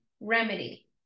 remedy